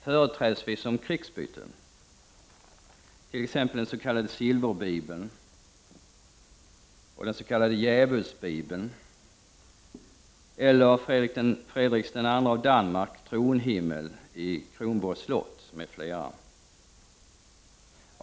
Företrädesvis rör det sig om krigsbyten —-t.ex. den s.k. Silverbibeln, den s.k. Djävulsbibeln och Fredrik II:s av Danmark tronhimmel på Kronborgs slott.